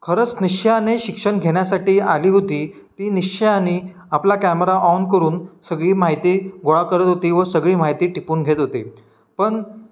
खरंच निश्चयाने शिक्षण घेण्यासाठी आली होती ती निश्चयाने आपला कॅमेरा ऑन करून सगळी माहिती गोळा करत होती व सगळी माहिती टिपून घेत होते पण